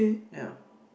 ya